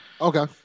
Okay